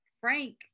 frank